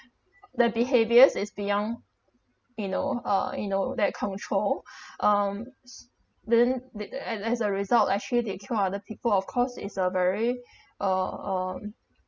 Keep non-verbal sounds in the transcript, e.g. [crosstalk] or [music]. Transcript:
the behaviours is beyond you know uh you know their control [breath] um s~ then did the as as a result actually they kill other people of course is a very [breath] uh um